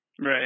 Right